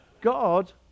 God